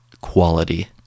quality